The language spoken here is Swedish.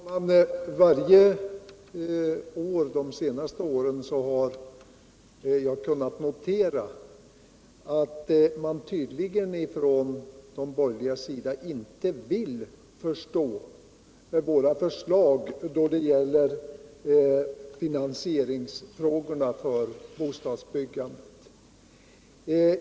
Herr talman! Jag har i varje bostadsdebatt under de senaste åren kunnat notera att man på den borgerliga sidan tydligen inte vill förstå våra förslag när det gäller finansieringen av bostadsbyggandet.